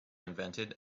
invented